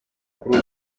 kuri